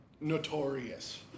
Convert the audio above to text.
notorious